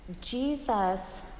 Jesus